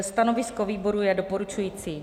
Stanovisko výboru je doporučující.